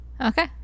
Okay